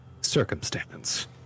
circumstance